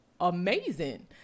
amazing